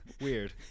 weird